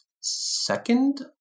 second